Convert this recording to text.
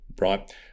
right